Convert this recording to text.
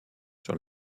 sur